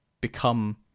become